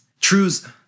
truths